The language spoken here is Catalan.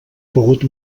pogut